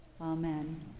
Amen